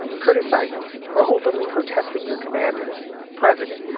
criticizing or openly protesting your commanders, president,